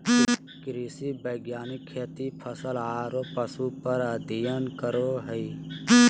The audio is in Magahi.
कृषि वैज्ञानिक खेती, फसल आरो पशु पर अध्ययन करो हइ